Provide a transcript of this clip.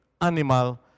animal